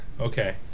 Okay